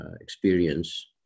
experience